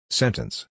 sentence